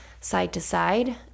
side-to-side